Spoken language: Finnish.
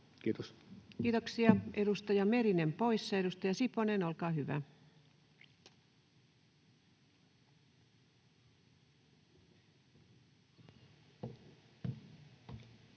Content: Kiitoksia. — Edustaja Merinen poissa. — Edustaja Siponen, olkaa hyvä. [Speech